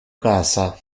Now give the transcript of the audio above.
casa